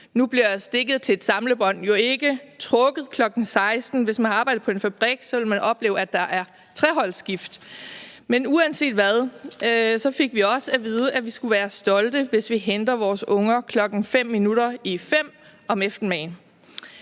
Nu bliver stikket til et samlebånd jo ikke trukket kl. 16.00. Hvis man har arbejdet på en fabrik, vil man opleve, at der er treholdsskift, men uanset hvad fik vi også at vide, at vi skulle være stolte, hvis vi henter vores unger kl. fem minutter i fem om eftermiddagen.